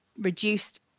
reduced